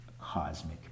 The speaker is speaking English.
cosmic